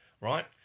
right